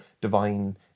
divine